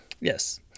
Yes